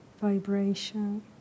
vibration